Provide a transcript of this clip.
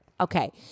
Okay